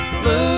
blue